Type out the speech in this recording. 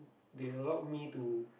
they allow me to